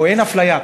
פה אין אפליה.